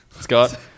Scott